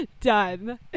done